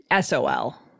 SOL